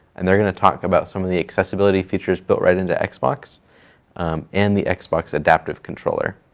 and they are going to talk about some of the accessibility features built right into xbox and the xbox adaptive controller.